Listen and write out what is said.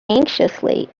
anxiously